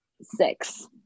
six